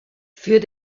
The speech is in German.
für